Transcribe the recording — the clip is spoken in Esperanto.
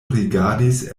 rigardis